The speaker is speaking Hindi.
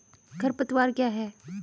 खरपतवार क्या है?